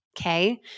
okay